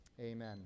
amen